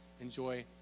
enjoy